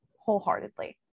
wholeheartedly